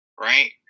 Right